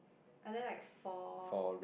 are there like four